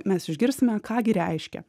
mes išgirsime ką gi reiškia